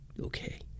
Okay